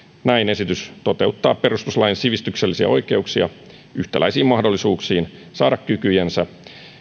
näin esitys toteuttaa perustuslain sivistyksellisiä oikeuksia yhtäläisiin mahdollisuuksiin saada kykyjensä